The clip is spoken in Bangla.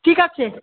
ঠিক আছে